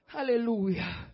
Hallelujah